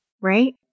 right